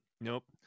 Nope